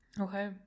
Okay